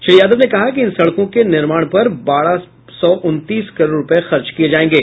श्री यादव ने कहा कि इन सड़कों के निर्माण पर बारह सौ उनतीस करोड़ रुपए खर्च किये जायेंगे